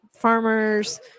farmers